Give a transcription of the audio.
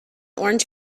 orange